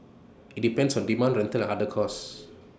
IT depends on demand rental and other costs